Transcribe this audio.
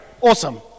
Awesome